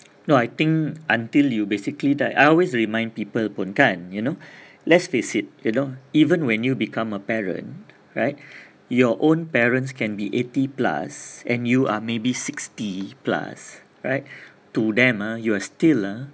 no I think until you basically die I always remind people pun kan you know let's face it you know even when you become a parent right your own parents can be eighty plus and you are maybe sixty plus right to them ah you are still ah